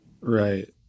Right